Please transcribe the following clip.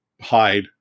Hide